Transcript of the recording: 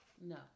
No